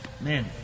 Man